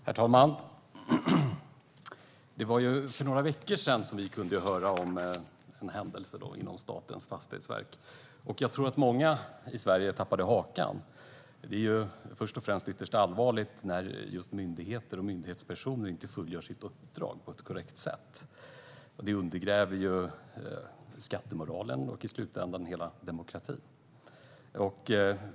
Herr talman! Det var för några veckor sedan som vi kunde höra om en händelse inom Statens fastighetsverk. Jag tror att många i Sverige tappade hakan. Det är först och främst ytterst allvarligt när just myndigheter och myndighetspersoner inte fullgör sitt uppdrag på ett korrekt sätt. Det undergräver skattemoralen och i slutändan hela demokratin. Herr talman!